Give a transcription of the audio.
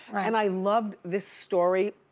and i love this story.